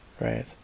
right